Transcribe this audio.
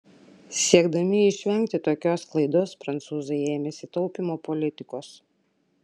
siekdami išvengti tokios klaidos prancūzai ėmėsi taupymo politikos